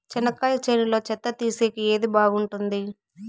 చెనక్కాయ చేనులో చెత్త తీసేకి ఏది బాగుంటుంది?